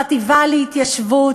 החטיבה להתיישבות